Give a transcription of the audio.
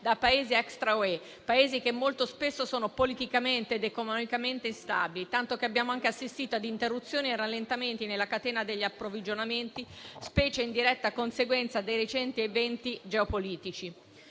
da Paesi extra-UE, che molto spesso sono politicamente ed economicamente instabili, tanto che abbiamo anche assistito ad interruzioni e rallentamenti nella catena degli approvvigionamenti, specie in diretta conseguenza dei recenti eventi geopolitici.